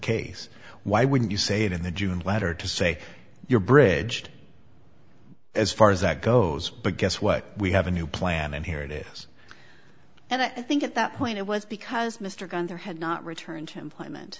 case why wouldn't you say it in the june letter to say your bridge as far as that goes but guess what we have a new plan and here it is and i think at that point it was because mr gunter had not returned to employment